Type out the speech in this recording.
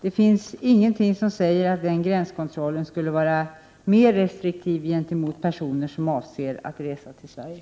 Det finns inget som säger att den gränskontrollen skulle vara mer restriktiv gentemot personer som avser att resa till Sverige.